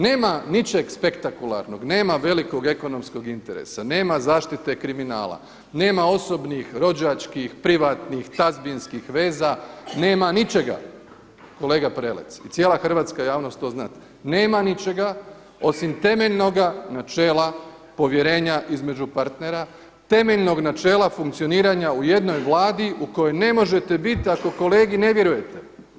Nema ničeg spektakularnog, nema velikog ekonomskog interesa, nema zaštite kriminala, nema osobnih, rođačkih, privatnih, tazbinskih veza, nema ničega kolega Prelec i cijela hrvatska javnost …, nema ničega osim temeljnoga načela povjerenja između partnera, temeljnog načela funkcioniranja u jednoj Vladi u kojoj ne možete biti ako kolegi ne vjerujete.